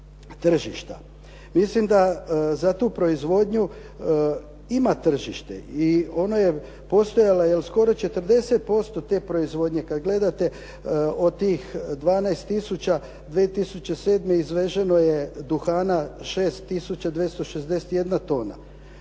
tržišta. Mislim da za tu proizvodnju ima tržište i ono je postojalo skoro 40% te proizvodnje. Kad gledate od tih 12 tisuća 2007. izveženo je duhana 6 tisuća 261 tona.